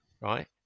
right